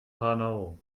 panau